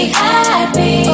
happy